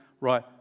Right